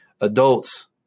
Adults